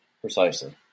Precisely